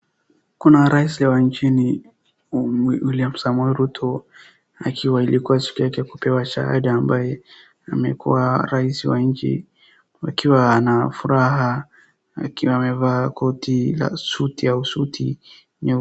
Kuna rais wa nchini William Samoei Ruto akiwa ilikua siku yake ya kupewa shahada ambaye amekuwa rais wa nchi wakiwa na furaha akiwa amevaa koti la suti au suti nyeusi.